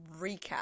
recap